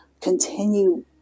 continue